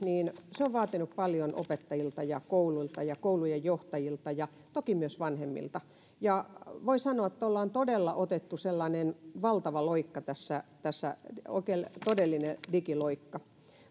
on vaatinut paljon opettajilta ja kouluilta ja koulujen johtajilta ja toki myös vanhemmilta voi sanoa että ollaan todella otettu sellainen valtava loikka tässä tässä oikein todellinen digiloikka